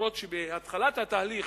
אף-על-פי שבתחילת התהליך,